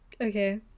Okay